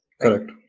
Correct